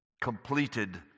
completed